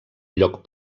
lloc